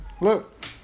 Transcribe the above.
Look